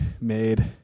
made